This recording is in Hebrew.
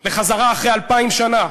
לחזרה אחרי אלפיים שנה.